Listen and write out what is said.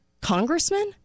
congressman